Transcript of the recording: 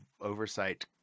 oversight